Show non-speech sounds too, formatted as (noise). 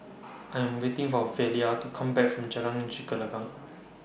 I Am waiting For Velia to Come Back from Jalan (unintelligible)